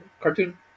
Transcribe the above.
cartoon